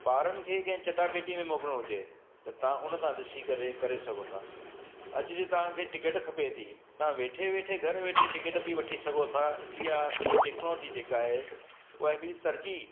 ॿारनि खे कंहिं चटाभेटी में मोकिलणो हुजे त तव्हां हुन तां ॾिसी करे करे सघो था अॼु जीअं तव्हांखे टिकट खपे थी तव्हां वेठे वेठे घर वेठे टिकट बि वठी सघो था इहा सॼी टैक्नोलॉजी जेका आहे उहा हिकड़ी तरक़ी